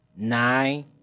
Nine